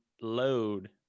load